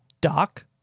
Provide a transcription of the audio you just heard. Doc